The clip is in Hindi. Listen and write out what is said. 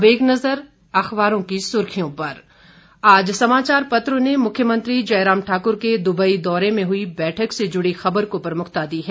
अब एक नजर अखबारों की सुर्खियों पर आज समाचार पत्रों ने मुख्यमंत्री जयराम ठाकुर के दुबई दौरे में हुई बैठक से जुड़ी खबर को प्रमुखता दी है